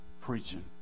preaching